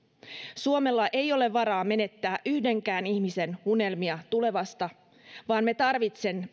suomella ei ole varaa menettää yhdenkään ihmisen unelmia tulevasta vaan me tarvitsemme